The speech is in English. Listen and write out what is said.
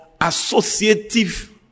associative